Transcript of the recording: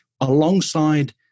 alongside